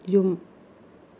ꯌꯨꯝ